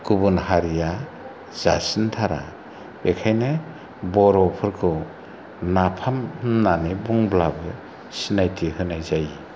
गुबुन हारिया जासिनथारा बेखायनो बर'फोरखौ नाफाम होनननै बुंब्लाबो सिनायथि होनाय जायो